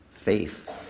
Faith